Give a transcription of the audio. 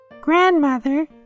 Grandmother